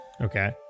Okay